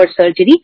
surgery